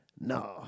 No